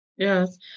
Yes